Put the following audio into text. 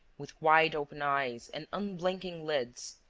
with wide-open eyes and unblinking lids,